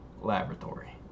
laboratory